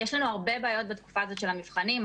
הרבה בעיות בתקופה הזאת של המבחנים,